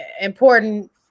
important